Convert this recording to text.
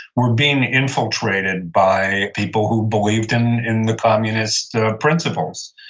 were being infiltrated by people who believed in in the communist principles.